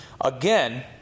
Again